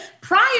prior